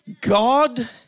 God